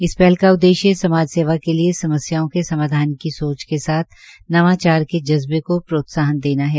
इस पहल का उद्देश्य समाज सेवा के लिये समस्याओं के समाधान की सोच के साथ नवाचार के जज्बे को प्रोत्साहन देना है